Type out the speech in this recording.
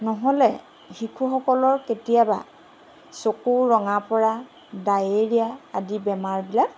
নহ'লে শিশুসকলৰ কেতিয়াবা চকু ৰঙা পৰা ডায়েৰীয়া আদি বেমাৰবিলাক